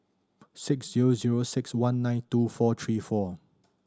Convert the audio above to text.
six zero zero six one nine two four three four